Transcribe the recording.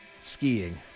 skiing